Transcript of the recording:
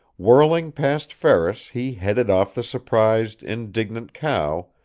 whirling past ferris he headed off the surprised, indignant cow,